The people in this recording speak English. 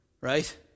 Right